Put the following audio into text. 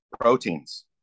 proteins